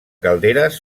calderes